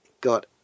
got